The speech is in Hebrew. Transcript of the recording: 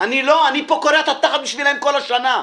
אני פה קורע את התחת בשבילם כל השנה.